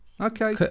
Okay